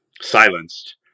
silenced